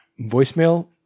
voicemail